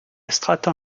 stratton